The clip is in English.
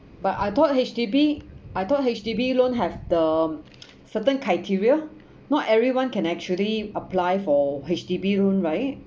but I thought H_D_B I thought H_D_B loan have the certain criteria not everyone can actually apply for H_D_B loan right